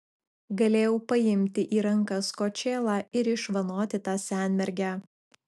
galėjau paimti į rankas kočėlą ir išvanoti tą senmergę